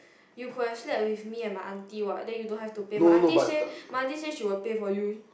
you could have slept with me and my aunty what then you don't have to pay my aunty say my aunty say she will pay for you